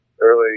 early